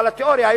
אבל התיאוריה,